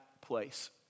place